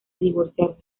divorciarse